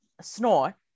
snore